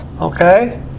Okay